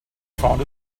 found